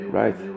right